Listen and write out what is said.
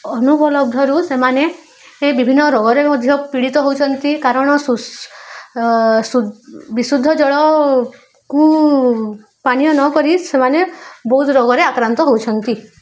ଅନୁପଲବ୍ଧରୁ ସେମାନେ ଏ ବିଭିନ୍ନ ରୋଗରେ ମଧ୍ୟ ପୀଡ଼ିତ ହେଉଛନ୍ତି କାରଣ ସୁ ବିଶୁଦ୍ଧ ଜଳକୁ ପାନୀୟ ନ କରି ସେମାନେ ବହୁତ ରୋଗରେ ଆକ୍ରାନ୍ତ ହେଉଛନ୍ତି